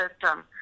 system